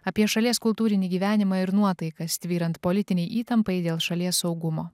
apie šalies kultūrinį gyvenimą ir nuotaikas tvyrant politinei įtampai dėl šalies saugumo